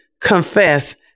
confess